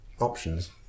options